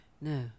No